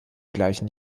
gleichen